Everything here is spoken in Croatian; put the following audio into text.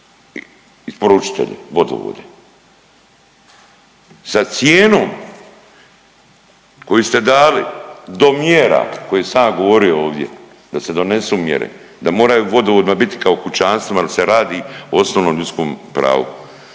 isporučitelje, vodovode. Za cijenu koju ste dali do mjera koje sam ja govorio ovdje da se donesu mjere da moraju vodovodna biti kao kućanstvima jer se radi o osnovnom ljudskom pravu.